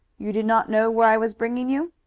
you did not know where i was bringing you?